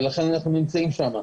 ולכן אנחנו נמצאים שם,